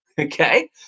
Okay